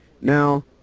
Now